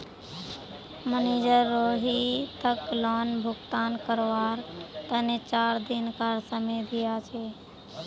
manager रोहितक loan भुगतान करवार तने चार दिनकार समय दिया छे